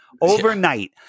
Overnight